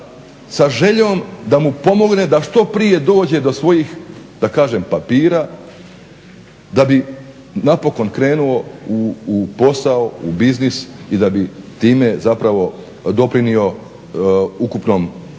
sa željom da mu pomogne da što prije dođe do svojih da kažem papira da bi napokon krenuo u posao, u biznis i da bi time zapravo doprinio ukupnom